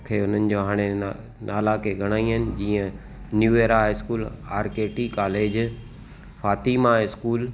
मूंखे हुननि जो हाणे ना नाला के घणा ई आहिनि जीअं new year high school R K T college Fatima school